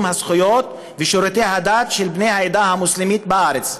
הזכויות ושירותי הדת של בני העדה המוסלמית בארץ.